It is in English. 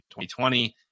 2020